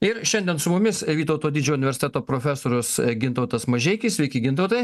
ir šiandien su mumis vytauto didžiojo universiteto profesorius gintautas mažeikis sveiki gintautai